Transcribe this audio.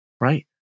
Right